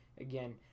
again